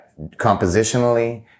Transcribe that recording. compositionally